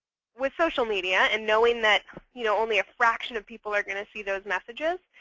with social media and knowing that you know only a fraction of people are going to see those messages,